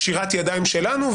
קשירת ידיים שלנו,